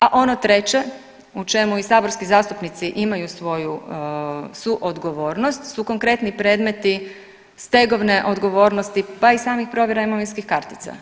A ono treće u čemu i saborski zastupnici imaju svoju suodgovornost su konkretni predmeti stegovne odgovornosti pa i samih provjera imovinskih kartica.